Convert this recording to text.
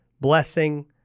blessing